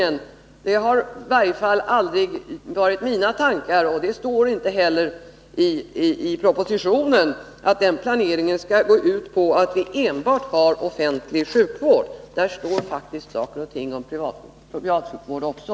Men det har i varje fall inte varit min tanke, och det står inte heller i propositionen, att planeringen skall gå ut på att vi enbart har offentlig sjukvård. I propositionen står det faktiskt saker och ting om privatsjukvård också.